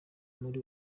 muri